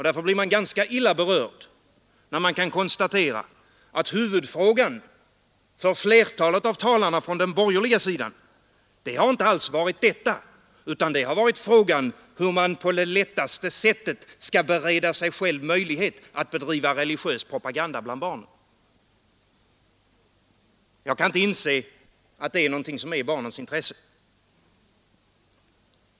Därför blir man ganska illa berörd när man kan konstatera att huvudfrågan för flertalet av talarna från den borgerliga sidan inte alls har varit detta, utan det har varit frågan hur man på det lättaste sättet skall bereda sig själv möjlighet att bedriva religiös propaganda bland barn. Jag kan inte inse att det är någonting som är i barnens intresse.